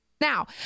Now